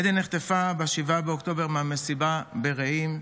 עדן נחטפה ב-7 באוקטובר מהמסיבה ברעים,